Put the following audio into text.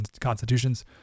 constitutions